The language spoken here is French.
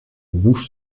buch